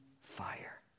fire